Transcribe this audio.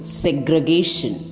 segregation